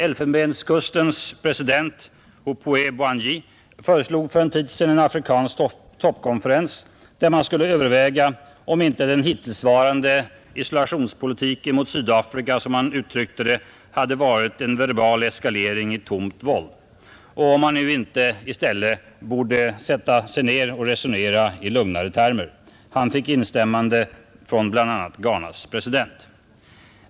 Elfenbenskustens president Houphouet Boigny föreslog för en tid sedan en afrikansk toppkonferens där man skulle överväga om inte den hittillsvarande isolationspolitiken mot Sydafrika, som han uttryckte det, hade varit ”en verbal eskalering i tomt våld” och om man nu inte i stället borde sätta sig ned och resonera i lugnare termer. Han fick instämmanden från bl.a. Ghanas president.